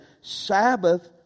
Sabbath